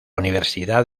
universidad